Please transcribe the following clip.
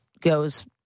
goes